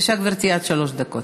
בבקשה, גברתי, עד שלוש דקות.